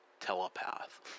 telepath